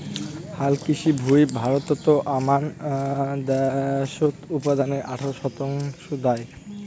হালকৃষি ভুঁই ভারতত আমান দ্যাশজ উৎপাদনের আঠারো শতাংশ দ্যায়